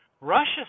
Russia